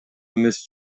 эмес